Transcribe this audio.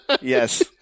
Yes